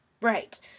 Right